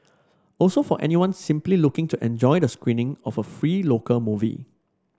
also for anyone simply looking to enjoy the screening of a free local movie